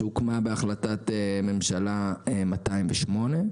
שהוקמה בהחלטת ממשלה 208,